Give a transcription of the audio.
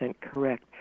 correct